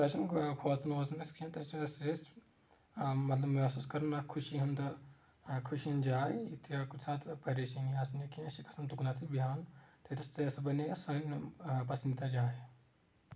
تَتہِ چھُ نہٕ کھوژُان ووژُان اَسہِ کیٚنٛہہ تَتہِ چھ صِرف اَسہِ مطلب محوٗس کران أسۍ مطلب خوشی ہُنٛد خوشی ہُنٛد جاے کُنہِ ساتہٕ پریٚشٲنی آسان یا کیٚنٛہہ أسۍ چھِ گژھان تُکنتھٕے بیہوان تَتہِ نَس تتہِ ہسا بَنے سٲنۍ پسنٛدیٖدہ جاے